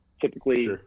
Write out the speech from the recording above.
typically